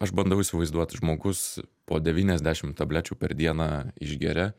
aš bandau įsivaizduot žmogus po devyniasdešim tablečių per dieną išgeria